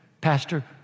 Pastor